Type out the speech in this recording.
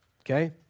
okay